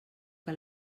que